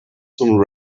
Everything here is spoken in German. zum